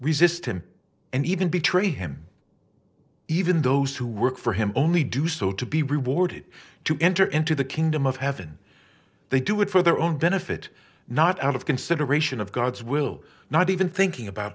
resist him and even betray him even those who work for him only do so to be rewarded to enter into the kingdom of heaven they do it for their own benefit not out of consideration of god's will not even thinking about